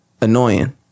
Annoying